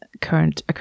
current